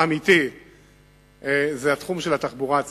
אמיתית זה התחום של התחבורה הציבורית.